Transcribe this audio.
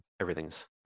everything's